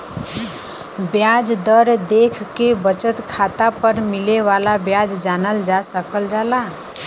ब्याज दर देखके बचत खाता पर मिले वाला ब्याज जानल जा सकल जाला